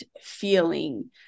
feeling